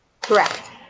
Correct